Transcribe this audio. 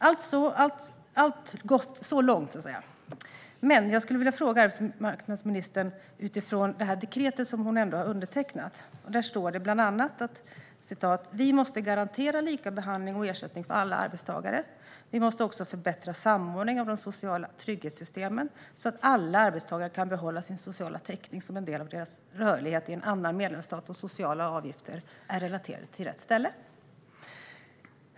Allt gott så långt, men jag skulle vilja ställa en fråga till arbetsmarknadsministern utifrån det dekret hon ändå har undertecknat. Där står bland annat att vi måste garantera lika behandling och ersättning för alla arbetstagare. Vi måste också förbättra samordningen av de sociala trygghetssystemen så att alla arbetstagare kan behålla sin sociala täckning som en del av sin rörlighet i en annan medlemsstat och så att sociala avgifter är relaterade till rätt ställe.